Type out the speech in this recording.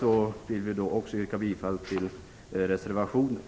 Vi vill också från kds sida yrka bifall till reservationen.